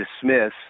dismiss